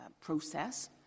process